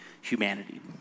humanity